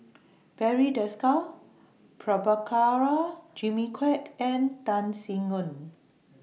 Barry Desker Prabhakara Jimmy Quek and Tan Sin Aun